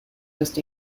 west